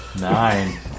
Nine